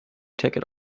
ticket